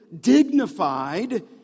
dignified